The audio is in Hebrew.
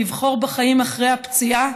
לבחור בחיים אחרי הפציעה